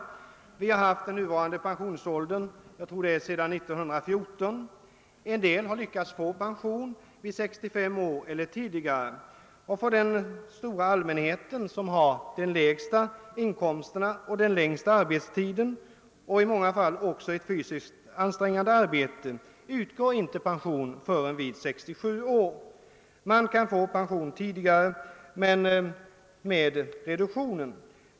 Vi har haft den nuvarande pensionsåldern sedan 1914. En del har lyckats få pension vid 65 år eller tidigare. Men den stora allmänheten, som har de lägsta inkomsterna, den längsta arbetstiden och i många fall även ett fysiskt ansträngande arbete, får inte pension förrän vid 67 års ålder. Man kan visserligen få pension tidigare, men då reduceras pensionen.